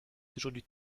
aujourd’hui